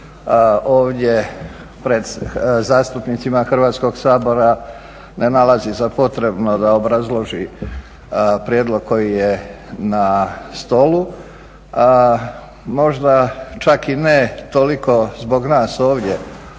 ovdje pred zastupnicima Hrvatskog sabora ne nalazi za potrebno da obrazloži prijedlog koji je na stolu. Možda čak i ne toliko zbog nas ovdje,